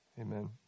amen